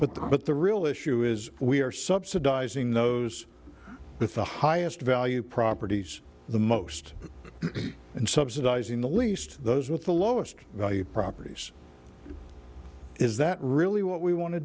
the but the real issue is we are subsidizing those with the highest value properties the most and subsidizing the least those with the lowest value properties is that really what we want to